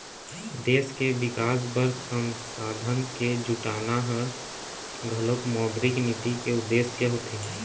देश के बिकास बर संसाधन के जुटाना ह घलोक मौद्रिक नीति के उद्देश्य होथे